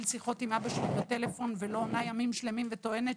שיחות בטלפון עם אבא שלי ולא עונה ימים שלמים וטוענת,